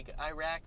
Iraq